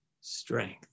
strength